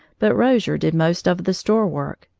but rozier did most of the store work,